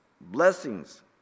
blessings